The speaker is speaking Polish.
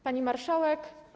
Pani Marszałek!